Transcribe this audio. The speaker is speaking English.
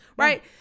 Right